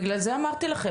בגלל זה אמרתי לכן,